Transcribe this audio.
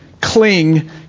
cling